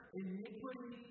iniquity